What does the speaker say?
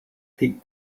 pete